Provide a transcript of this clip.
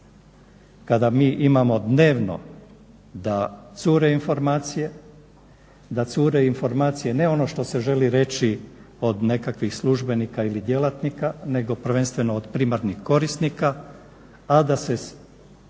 cure informacije, da cure informacije, ne ono što se želi reći od nekakvih službenika ili djelatnika, nego prvenstveno od primarnih korisnika. A da se